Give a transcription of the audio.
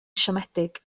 siomedig